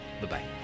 Bye-bye